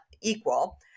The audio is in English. equal